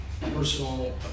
personal